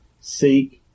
seek